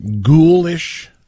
ghoulish